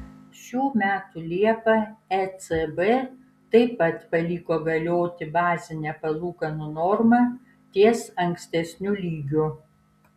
šių metų liepą ecb taip pat paliko galioti bazinę palūkanų normą ties ankstesniu lygiu